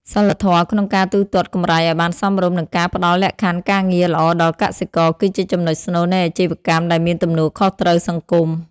សីលធម៌ក្នុងការទូទាត់កម្រៃឱ្យបានសមរម្យ និងការផ្ដល់លក្ខខណ្ឌការងារល្អដល់កសិករ គឺជាចំណុចស្នូលនៃអាជីវកម្មដែលមានទំនួលខុសត្រូវសង្គម។